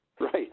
Right